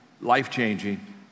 Life-changing